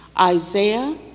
Isaiah